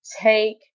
Take